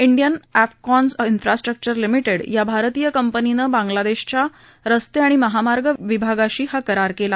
Indian Afcons infrastructure limited ऊ या भारतीय कंपनीन बांग्ला देशाच्या रस्ते आणि महामार्ग विभागाशी हा करार केला